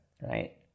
right